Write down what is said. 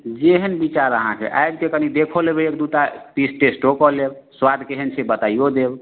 जेहन विचार अहाँके आबिके कनी देखो लेबै एक दूटा पीस टेस्टो कऽ लेब स्वाद केहन से बताइयो देब